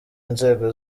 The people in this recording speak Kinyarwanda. inzego